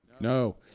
No